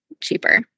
cheaper